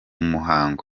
muhango